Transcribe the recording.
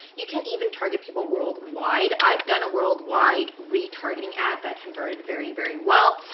you can even target people worldwide. i've done a worldwide retargeting ad that converted very, very well.